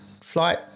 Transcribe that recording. flight